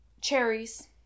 cherries